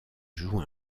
joue